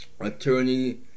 attorney